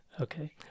Okay